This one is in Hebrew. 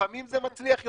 לפעמים זה מצליח יותר,